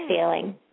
feeling